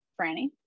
Franny